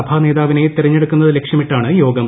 സഭാ നേതാവിനെ തെരഞ്ഞെടുക്കുന്നത് ലക്ഷ്യമിട്ടാണ് യോഗം